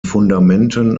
fundamenten